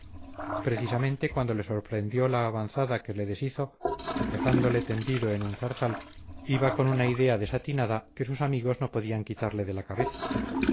precisamente cuando le sorprendió la avanzada que le deshizo dejándole tendido en un zarzal iba con una idea desatinada que sus amigos no podían quitarle de la cabeza